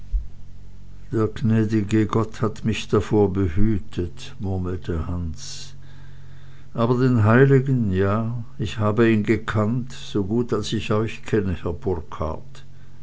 der gnädige gott hat mich davor behütet murmelte hans aber den heiligen ja ich habe ihn gekannt so gut als ich euch kenne